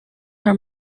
her